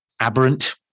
aberrant